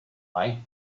why